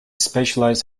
specialized